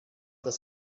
das